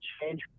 change